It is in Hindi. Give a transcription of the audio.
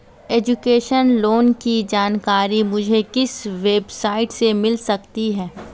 एजुकेशन लोंन की जानकारी मुझे किस वेबसाइट से मिल सकती है?